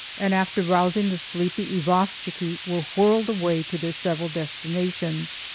and after rousing the sleepy isvostchiky, were whirled away to their several destinations.